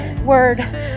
word